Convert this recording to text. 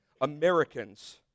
Americans